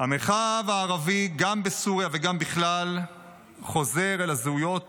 המרחב הערבי גם בסוריה וגם בכלל חוזר אל הזהויות